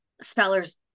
spellers